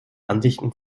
ansichten